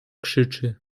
krzyczy